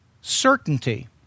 certainty